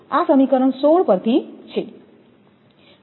આ સમીકરણ 16 પરથી છે